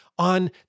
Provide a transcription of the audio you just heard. On